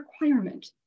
requirement